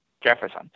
Jefferson